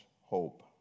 hope